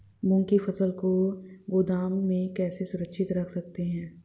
मूंग की फसल को गोदाम में कैसे सुरक्षित रख सकते हैं?